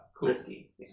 risky